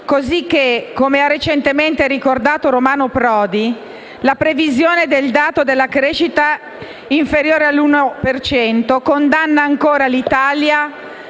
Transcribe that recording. cosicché - come ha recentemente ricordato Romano Prodi - la previsione del dato della crescita inferiore all'1 per cento condanna ancora l'Italia